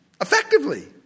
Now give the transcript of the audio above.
effectively